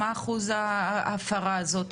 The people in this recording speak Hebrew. מה אחוז ההפרה הזו?